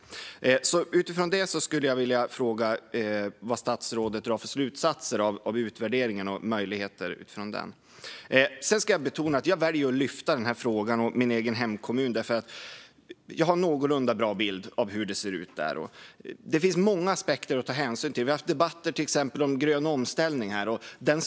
Utifrån det skulle jag vilja fråga vilka slutsatser statsrådet drar av utvärderingen och vad hon ser för möjligheter utifrån den. Jag ska betona att jag väljer att lyfta frågan åt min hemkommun därför att jag har en någorlunda bra bild av hur det ser ut där. Det finns många aspekter att ta hänsyn till. Vi har haft debatter om grön omställning här, till exempel.